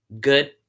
Good